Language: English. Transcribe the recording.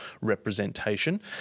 representation